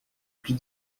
plus